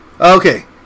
Okay